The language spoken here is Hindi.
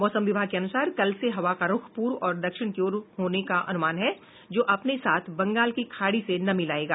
मौसम विभाग के अनुसार कल से हवा का रूख पूर्व और दक्षिण की ओर से होने का अनुमान है जो अपने साथ बंगाल की खाड़ी से नमी लायेगा